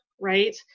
right